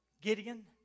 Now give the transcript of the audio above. Gideon